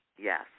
Yes